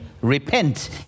Repent